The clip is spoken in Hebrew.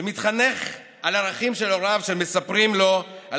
שמתחנך על ערכים של הוריו שמספרים לו על